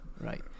Right